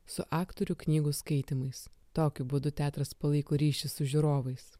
su aktorių knygų skaitymais tokiu būdu teatras palaiko ryšį su žiūrovais